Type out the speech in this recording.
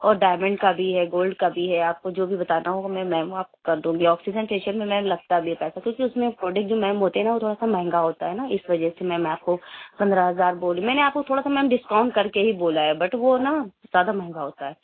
اور ڈائمنڈ کا بھی ہے گولڈ کا بھی ہے آپ کو جو بھی بتانا ہوگا میں میم آپ کو کر دوں گی آکسیجنٹیشن میں میم لگتا بھی ہے پیسہ کیونکہ اُس میں پروڈکٹ جو میم ہوتے ہے وہ تھوڑا سا مہنگا ہوتا ہے نا اِس وجہ سے میم میں آپ کو پندرہ ہزار بول دیا میں نے آپ کو تھوڑا سا میم ڈسکاؤنٹ کرکے ہی بولا ہے بٹ وہ نا زیادہ مہنگا ہوتا ہے